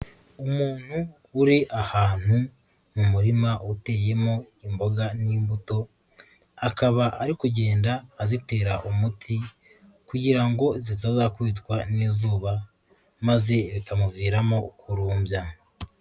Umuntu uri ahantu mu murima uteyemo imboga n'imbuto, akaba ari kugenda azitera umuti kugira ngo zitazakubitwa n'izuba, maze bikamuviramo kurumbya.